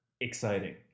Exciting